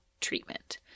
treatment